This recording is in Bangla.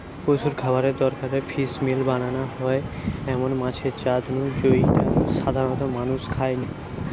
পশুর খাবারের দরকারে ফিসমিল বানানা হয় এমন মাছের জাত নু জউটা সাধারণত মানুষ খায়নি